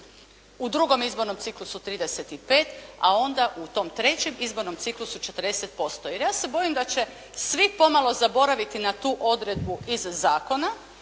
u drugom izbornom ciklusu 35, a onda u tom trećem izbornom ciklusu 40%. Jer ja se bojim da će svi pomalo zaboraviti na tu odredbu iz zakona,